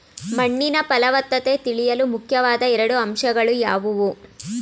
ಮಣ್ಣಿನ ಫಲವತ್ತತೆ ತಿಳಿಯಲು ಮುಖ್ಯವಾದ ಎರಡು ಅಂಶಗಳು ಯಾವುವು?